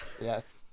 Yes